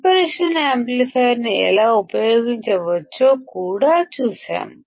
operational యాంప్లిఫైయర్ను ఎలా ఉపయోగించవచ్చో కూడా చూశాము